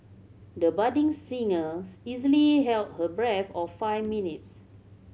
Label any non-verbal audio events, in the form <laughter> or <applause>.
the budding singer <unintelligible> easily held her breath or five minutes